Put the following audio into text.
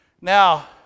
Now